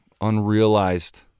unrealized